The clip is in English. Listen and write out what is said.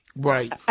Right